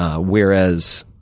ah whereas,